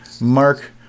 Mark